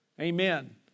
Amen